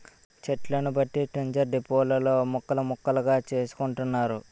చెట్లను బట్టి టింబర్ డిపోలలో ముక్కలు ముక్కలుగా చేసుకుంటున్నారు